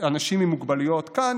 אנשים עם מוגבלויות כאן,